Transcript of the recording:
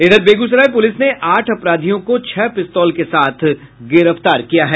इधर बेगूसराय पुलिस ने आठ अपराधियों को छह पिस्तौल के साथ गिरफ्तार किया है